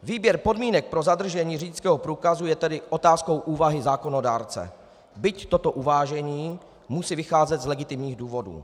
Výběr podmínek pro zadržení řidičského průkazu je tedy otázkou úvahy zákonodárce, byť toto uvážení musí vycházet z legitimních důvodů.